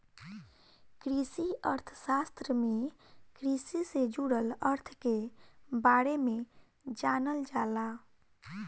कृषि अर्थशास्त्र में कृषि से जुड़ल अर्थ के बारे में जानल जाला